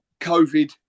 COVID